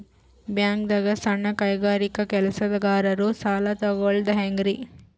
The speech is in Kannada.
ಬ್ಯಾಂಕ್ದಾಗ ಸಣ್ಣ ಕೈಗಾರಿಕಾ ಕೆಲಸಗಾರರು ಸಾಲ ತಗೊಳದ್ ಹೇಂಗ್ರಿ?